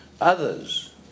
Others